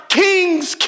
king's